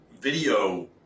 video